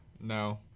No